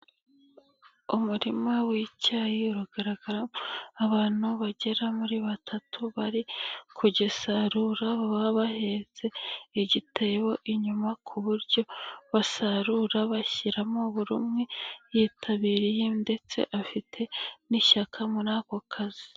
Umurima w'icyayi uragaragaramo abantu bagera muri batatu bari kugisarura, baba bahetse igitebo inyuma ku buryo basarura bashyiramo buri umwe yitabiriye ndetse afite n'ishyaka muri ako kazi.